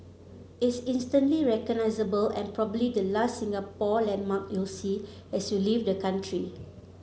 it's instantly recognisable and probably the last Singapore landmark you'll see as you leave the country